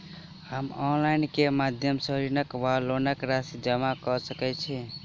हम ऑनलाइन केँ माध्यम सँ ऋणक वा लोनक राशि जमा कऽ सकैत छी?